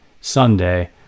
Sunday